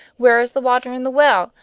where is the water in the well?